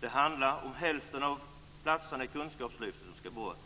Det handlar om att hälften av platserna i kunskapslyftet skall bort,